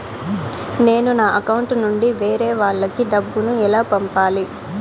నేను నా అకౌంట్ నుండి వేరే వాళ్ళకి డబ్బును ఎలా పంపాలి?